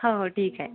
हो हो ठीक आहे